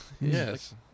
Yes